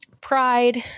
pride